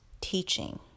teaching